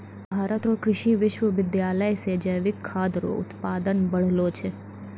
भारत रो कृषि विश्वबिद्यालय से जैविक खाद रो उत्पादन बढ़लो छै